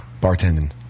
bartending